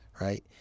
Right